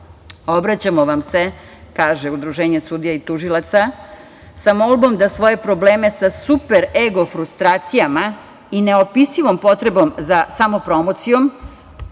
„Obraćamo vam se“, kaže Udruženje sudija i tužilaca, „sa molbom da svoje probleme sa super ego frustracijama i neopisivom potrebom za samopromocijom